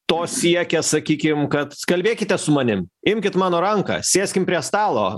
to siekia sakykim kad kalbėkite su manim imkit mano ranką sėskim prie stalo